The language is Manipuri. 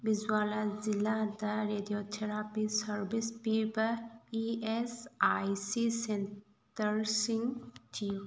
ꯕꯤꯖ꯭ꯋꯥꯂꯥ ꯖꯤꯂꯥꯗ ꯔꯦꯗꯤꯑꯣ ꯊꯦꯔꯥꯄꯤ ꯁꯥꯔꯚꯤꯁ ꯄꯤꯕ ꯏ ꯑꯦꯁ ꯑꯥꯏ ꯁꯤ ꯁꯦꯟꯇꯔꯁꯤꯡ ꯊꯤꯌꯨ